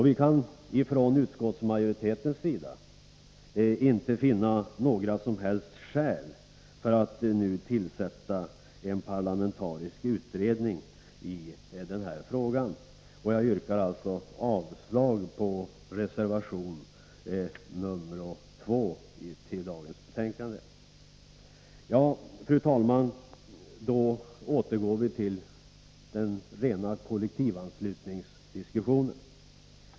Vi kan från utskottsmajoritetens sida inte finna något som helst skäl för att nu tillsätta en parlamentarisk utredning i frågan. Jag yrkar avslag på reservation 2 i konstitutionsutskottets betänkande 8. Fru talman! Nu återgår jag till den rena kollektivanslutningsdiskussionen.